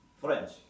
French